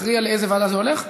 תכריע לאיזו ועדה זה הולך?